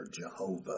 Jehovah